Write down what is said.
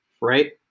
right